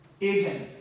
agent